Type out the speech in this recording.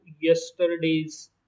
yesterday's